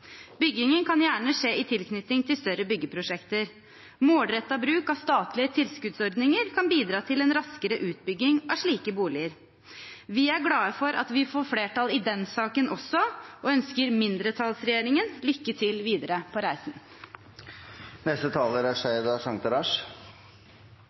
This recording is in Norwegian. Byggingen kan gjerne skje i tilknytning til større byggeprosjekter. Målrettet bruk av statlige tilskuddsordninger kan bidra til en raskere utbygging av slike boliger. Vi er glad for at vi får flertall i den saken også, og ønsker mindretallsregjeringen lykke til videre på reisen.